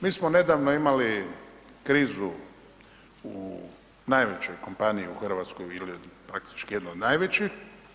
Mi smo nedavno imali krizu u najvećoj kompaniji u Hrvatskoj ili praktično jedno od najvećih.